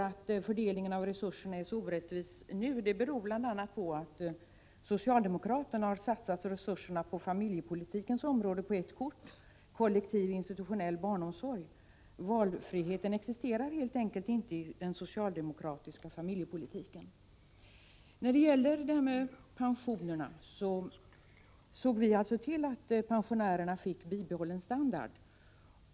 Att fördelningen av resurserna är så orättvis nu beror bl.a. på att socialdemokraterna har satsat resurserna på familjepolitikens område på ett kort — kollektiv institutionell barnomsorg. Valfriheten existerar helt enkelt inte i den socialdemokratiska familjepolitiken. När det gäller pensionerna såg vi alltså till att pensionärerna fick bibehållen standard.